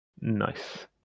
Nice